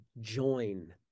join